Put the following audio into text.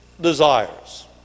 desires